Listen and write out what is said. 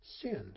sins